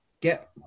get